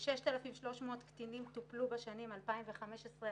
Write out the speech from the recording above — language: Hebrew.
כ-6,300 קטינים טופלו בשנים 2017-2015